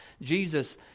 Jesus